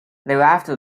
thereafter